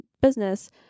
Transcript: business